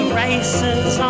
races